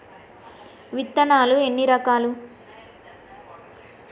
విత్తనాలు ఎన్ని రకాలు?